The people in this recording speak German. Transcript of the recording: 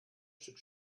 stück